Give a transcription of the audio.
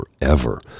forever